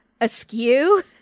askew